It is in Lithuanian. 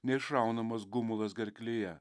neišraunamas gumulas gerklėje